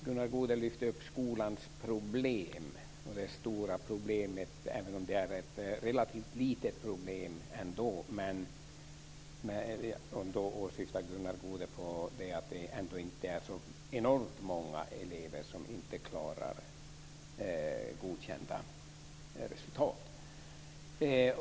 Gunnar Goude lyfte fram skolans problem och åsyftar det stora problemet - även om det egentligen är relativt litet - nämligen att det inte är så enormt många elever som inte klarar godkända resultat.